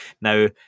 Now